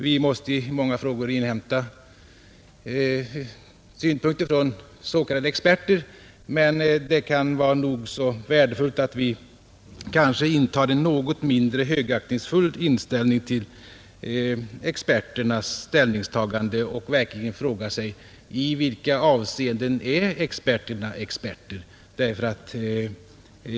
Vi måste i många frågor inhämta synpunkter från s.k. experter, men det kan vara nog så värdefullt att vi kanske intar en något mindre högaktningsfull inställning till experternas ställningstagande och verkligen frågar oss i vilka avseenden experterna är experter.